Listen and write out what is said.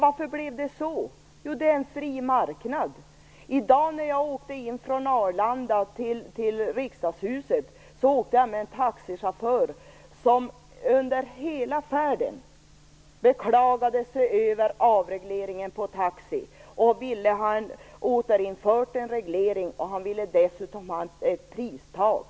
Varför blev det så? Jo, vi har en fri marknad. När jag i dag åkte in från Arlanda till Riksdagshuset beklagade sig taxichauffören under hela färden över avregleringen av taxi och ville ha en reglering återinförd. Han ville dessutom ha ett pristak.